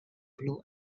blue